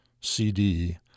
CD